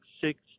six